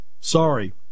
Sorry